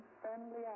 friendly